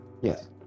Yes